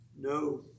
No